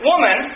Woman